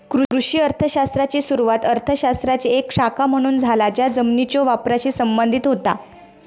कृषी अर्थ शास्त्राची सुरुवात अर्थ शास्त्राची एक शाखा म्हणून झाला ज्या जमिनीच्यो वापराशी संबंधित होता